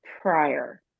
prior